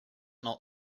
not